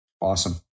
Awesome